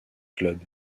club